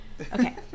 Okay